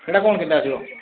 ସେଟା କ'ଣ କେମତି ଆସିବ